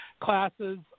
classes